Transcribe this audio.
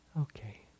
Okay